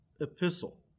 epistle